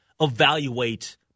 evaluate